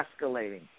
escalating